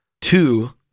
Two